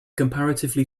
comparatively